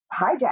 hijack